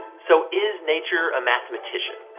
so is nature a mathematician?